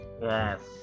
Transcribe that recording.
Yes